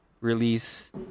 release